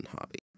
hobby